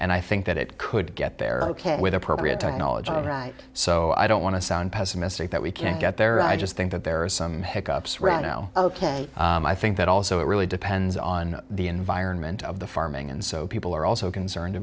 and i think that it could get there ok with appropriate technology so i don't want to sound pessimistic that we can't get there i just think that there are some hiccups right now ok i think that also it really depends on the environment of the farming and so people are also concerned